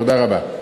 תודה רבה.